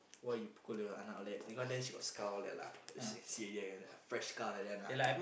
why you pukul your anak all that in front there she got scar all that lah she can see already like that ah fresh scar all that lah